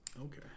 okay